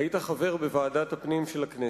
היית חבר בוועדת הפנים של הכנסת,